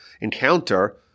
encounter